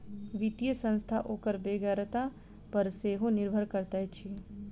वित्तीय संस्था ओकर बेगरता पर सेहो निर्भर करैत अछि